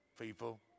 people